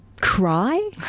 cry